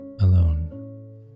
alone